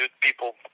people